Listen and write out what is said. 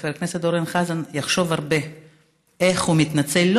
שחבר הכנסת אורן חזן יחשוב הרבה איך הוא מתנצל,